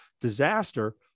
disaster